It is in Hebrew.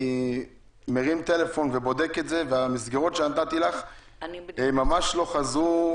בודק את זה והמסגרות שנתתי לך ממש לא חזרו.